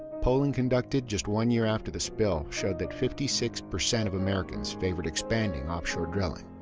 polling conducted just one year after the spill showed that fifty six percent of americans favored expanding offshore drilling.